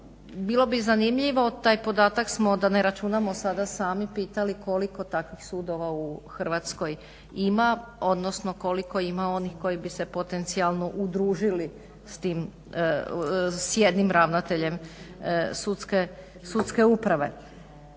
Bilo bi zanimljivo, taj podatak smo da ne računamo sada sami pitali koliko takvih sudova u Hrvatskoj ima, odnosno koliko ima onih koji bi se potencijalno udružili s jednim ravnateljem Sudske uprave.